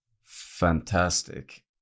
fantastic